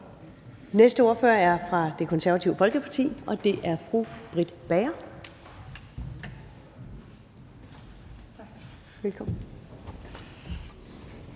næste ordfører er fra Det Konservative Folkeparti, og det er fru Britt Bager.